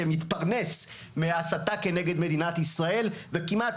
שמתפרנס מההסתה כנגד מדינת ישראל וכמעט